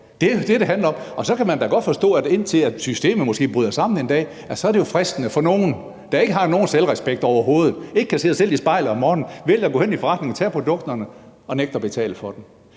Det er det, det handler om. Så kan man da godt forstå, at indtil systemet måske bryder sammen en dag, er det jo fristende for nogle, der ikke har nogen selvrespekt overhovedet, ikke kan se sig selv i spejlet om morgenen, at vælge at gå hen i forretningen og tage produkterne og nægte at betale for dem.